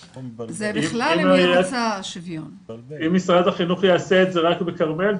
אם משרד החינוך יעשה את זה רק בכרמיאל,